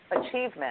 achievement